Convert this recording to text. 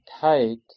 tight